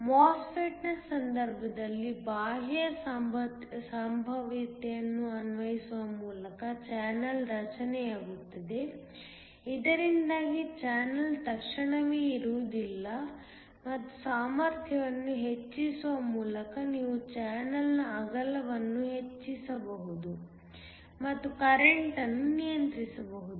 MOSFET ನ ಸಂದರ್ಭದಲ್ಲಿ ಬಾಹ್ಯ ಸಂಭಾವ್ಯತೆಯನ್ನು ಅನ್ವಯಿಸುವ ಮೂಲಕ ಚಾನಲ್ ರಚನೆಯಾಗುತ್ತದೆ ಇದರಿಂದಾಗಿ ಚಾನಲ್ ತಕ್ಷಣವೇ ಇರುವುದಿಲ್ಲ ಮತ್ತು ಸಾಮರ್ಥ್ಯವನ್ನು ಹೆಚ್ಚಿಸುವ ಮೂಲಕ ನೀವು ಚಾನಲ್ನ ಅಗಲವನ್ನು ಹೆಚ್ಚಿಸಬಹುದು ಮತ್ತು ಕರೆಂಟ್ಅನ್ನು ನಿಯಂತ್ರಿಸಬಹುದು